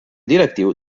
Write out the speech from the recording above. directiu